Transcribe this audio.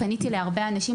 פניתי להרבה אנשים,